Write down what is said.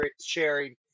sharing